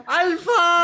alpha